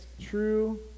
true